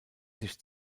sich